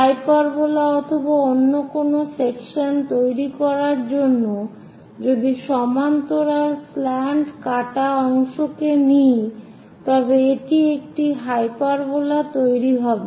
hyperbola অথবা অন্য কোন সেকশন তৈরি করার জন্য যদি সমান্তরাল স্ল্যান্ট কাটা অংশকে নেই তবে এটি একটি হাইপারবোলা তৈরি হবে